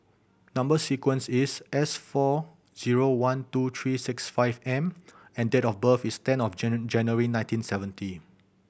number sequence is S four zero one two three six five M and date of birth is ten of January nineteen seventy